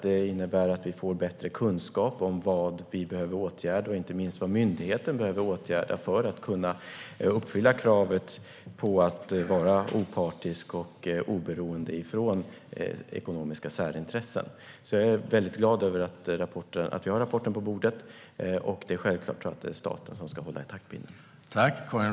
Det innebär att vi får bättre kunskap om vad vi och inte minst myndigheten behöver åtgärda för att kunna uppfylla kravet på opartiskhet och oberoende av ekonomiska särintressen. Jag är glad över att vi har rapporten på bordet, och det är självklart staten som ska hålla i taktpinnen.